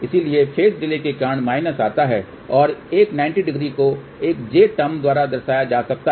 इसलिए phase delay के कारण माइनस आता है और एक 900 को एक j टर्म द्वारा दर्शाया जा सकता है